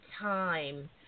time